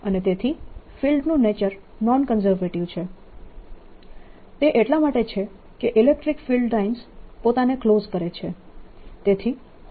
અને તેથી ફિલ્ડનું નેચર નોન કન્ઝર્વેટીવ છે અને તે એટલા માટે છે કે ઇલેક્ટ્રીક ફિલ્ડ લાઇન્સ પોતાને ક્લોઝ કરે છે